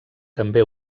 també